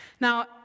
Now